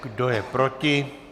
Kdo je proti?